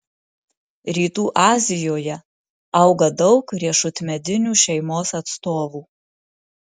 rytų azijoje auga daug riešutmedinių šeimos atstovų